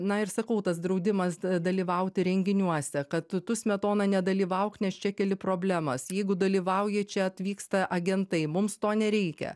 na ir sakau tas draudimas dalyvauti renginiuose kad tu tu smetona nedalyvauk nes čia keli problemas jeigu dalyvauji čia atvyksta agentai mums to nereikia